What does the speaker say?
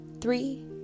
three